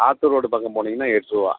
Attur road பக்கம் போனீங்கன்னால் எட்ரூபா